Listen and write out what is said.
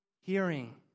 hearing